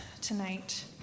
tonight